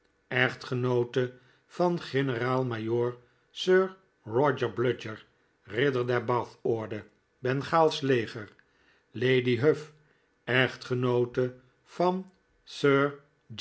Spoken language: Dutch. echtgenoote van generaal-majoor sir roger bludyer ridder der bathorde bengaalsch leger lady huff echtgenoote van